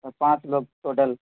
پانچ لوگ ٹوٹل